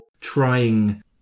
trying